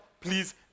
please